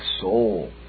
soul